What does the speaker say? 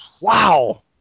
Wow